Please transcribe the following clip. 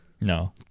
no